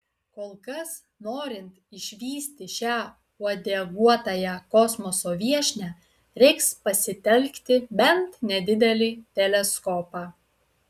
kol kas norint išvysti šią uodeguotąją kosmoso viešnią reiks pasitelkti bent nedidelį teleskopą